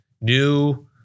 new